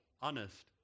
honest